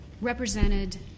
represented